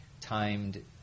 timed